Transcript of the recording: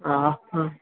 हँ